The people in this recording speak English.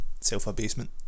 Self-abasement